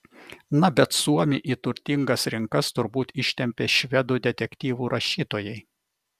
na bet suomį į turtingas rinkas turbūt ištempė švedų detektyvų rašytojai